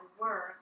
work